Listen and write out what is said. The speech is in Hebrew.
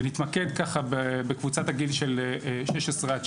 ונתמקד בקבוצת הגיל של 16-17,